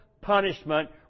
punishment